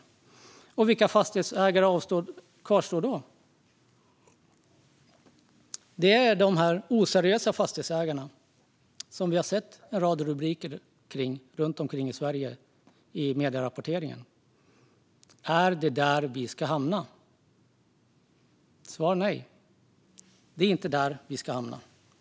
Vilka fastighetsägare kvarstår? Jo, det är de oseriösa fastighetsägarna, och vi har sett rubriker i medierapporteringen runt om i Sverige om dessa. Är det där vi ska hamna? Svar nej, det är inte där vi ska hamna.